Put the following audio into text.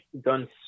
done